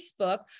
Facebook